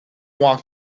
walked